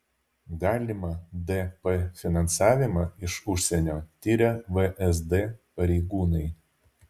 galimą dp finansavimą iš užsienio tiria vsd pareigūnai